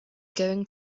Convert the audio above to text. going